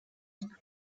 zum